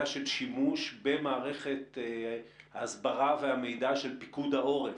של שימוש במערכת ההסברה והמידע של פיקוד העורף,